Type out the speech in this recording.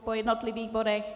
Po jednotlivých bodech.